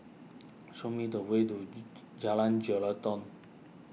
show me the way to Jalan Jelutong